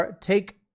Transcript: take